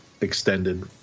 extended